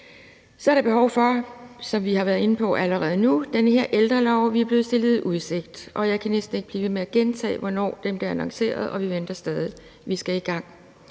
Så er der, som vi allerede har været inde på, behov for den her ældrelov, som vi er blevet stillet i udsigt. Jeg kan næsten ikke blive ved med at gentage spørgsmålet om, hvornår den bliver annonceret, og vi venter stadig. Vi skal i gang.